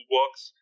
works